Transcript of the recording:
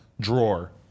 drawer